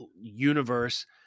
universe